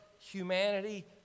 humanity